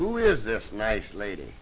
who is this nice lady